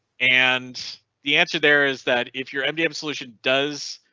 and the answer there is that if your mdm solution does.